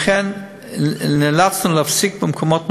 לכן נאלצנו להפסיק במקומות מסוימים,